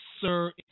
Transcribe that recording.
sir